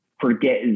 forget